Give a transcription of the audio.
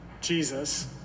Jesus